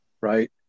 right